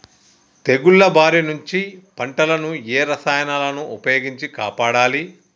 తెగుళ్ల బారి నుంచి పంటలను ఏ రసాయనాలను ఉపయోగించి కాపాడాలి?